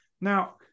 Now